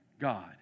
God